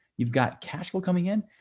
you've got cash flow coming in,